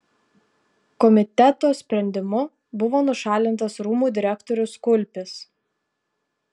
komiteto sprendimu buvo nušalintas rūmų direktorius kulpis